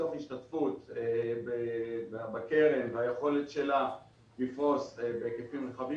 סדרי העדיפויות באיזה אזורים הקרן הזאת תפעל קודם?